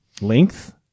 Length